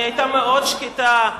היא היתה מאוד שקטה,